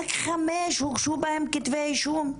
אבל רק חמישה מקרים שהוגשו בהם כתבי אישום?